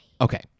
okay